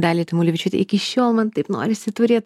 daliai tamulevičiūtei iki šiol man taip norisi turėt